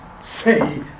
say